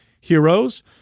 heroes